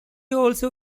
also